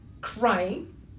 crying